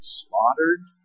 slaughtered